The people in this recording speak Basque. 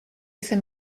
izen